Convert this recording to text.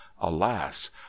alas